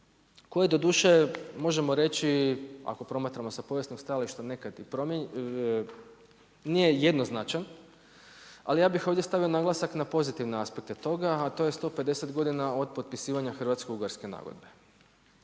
koji doduše možemo reći, ako promatramo sa povijesnog stajališta, nije jednoznačan, ali ja bih ovdje stavio naglasak na pozitivne aspekte toga, a to je 150 godina od potpisivanja Hrvatsko-ugarske nagodbe.